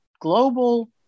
global